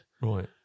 Right